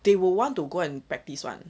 they will want to go and practice one